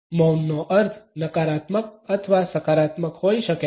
મૌનનો અર્થ નકારાત્મક અથવા સકારાત્મક હોઈ શકે છે